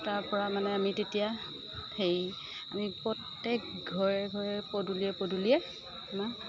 তাৰ পৰা মানে আমি তেতিয়া সেই আমি প্ৰত্যেক ঘৰে ঘৰে পদূলিয়ে পদূলিয়ে আমাৰ